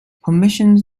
permissions